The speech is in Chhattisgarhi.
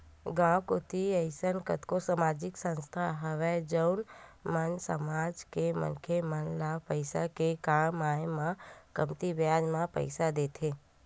गाँव कोती अइसन कतको समाजिक संस्था हवय जउन मन समाज के मनखे मन ल पइसा के काम आय म कमती बियाज म पइसा देथे